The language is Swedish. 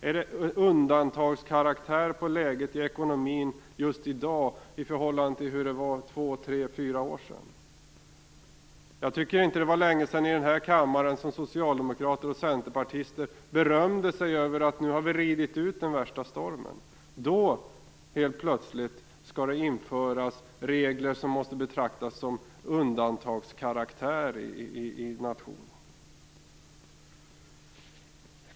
Är det undantagskaraktär på läget i ekonomin just i dag i förhållande till hur det var för två, tre eller fyra år sedan? Jag tycker inte det var länge sedan socialdemokrater och centerpartister i den här kammaren berömde sig över att nu ha ridit ut den värsta stormen. Då, helt plötsligt, skall det införas regler i nationen som måste betraktas som varande av "undantagskaraktär".